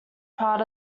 part